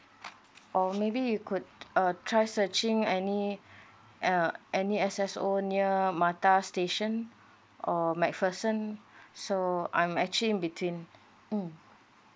or maybe you could uh try searching any uh any S_S_O near mattar station or macpherson so I'm actually in between mm